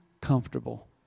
comfortable